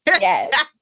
Yes